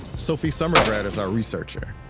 sophie summergrad is our researcher.